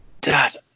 dad